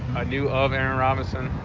knew of aaron robinson.